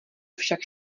však